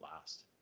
last